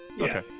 Okay